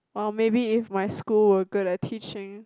or maybe if my school were good at teaching